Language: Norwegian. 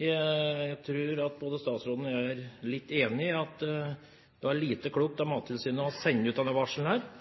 Jeg tror at statsråden og jeg er enige om at det var lite klokt av Mattilsynet å sende ut